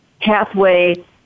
pathway